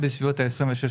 היקף חודשים של סוף שנה.